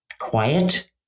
quiet